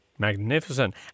Magnificent